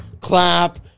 clap